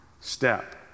step